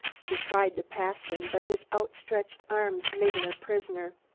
she tried to pass him, but his outstretched arms made her a prisoner.